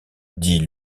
dit